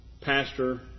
pastor